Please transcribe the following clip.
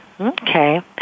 Okay